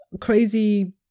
crazy